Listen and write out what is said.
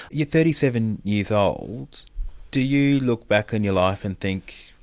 you're thirty seven years old do you look back on your life and think,